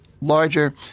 larger